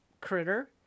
critter